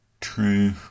true